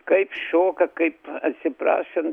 kaip šoka kaip atsiprašant